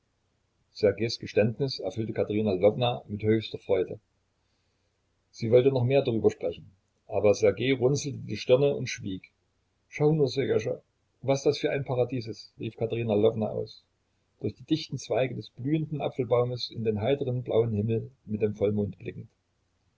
ssergejs geständnis erfüllte katerina lwowna mit höchster freude sie wollte noch mehr darüber sprechen aber ssergej runzelte die stirne und schwieg schau nur sserjoscha was das für ein paradies ist rief katerina lwowna aus durch die dichten zweige des blühenden apfelbaumes in den heiteren blauen himmel mit dem vollmond blickend